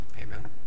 Amen